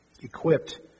equipped